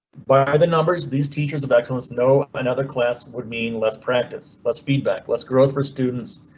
by the numbers, these teachers of excellence know another class would mean less practice. let's feedback. let's growth for students.